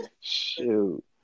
Shoot